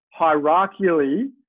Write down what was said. hierarchically